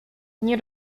nie